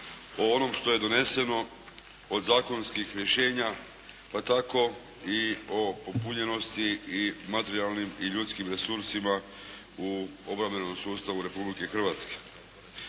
o onom što je doneseno, od zakonskih rješenja, pa tako i o popunjenosti, i materijalnim i ljudskim resursima u obrambenom sustavu Republike Hrvatske.